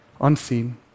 unseen